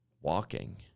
walking